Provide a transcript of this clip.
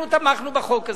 אנחנו תמכנו בחוק הזה.